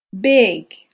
Big